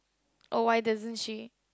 oh I don't share